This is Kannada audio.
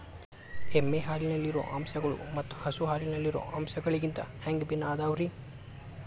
ಎಮ್ಮೆ ಹಾಲಿನಲ್ಲಿರೋ ಅಂಶಗಳು ಮತ್ತ ಹಸು ಹಾಲಿನಲ್ಲಿರೋ ಅಂಶಗಳಿಗಿಂತ ಹ್ಯಾಂಗ ಭಿನ್ನ ಅದಾವ್ರಿ?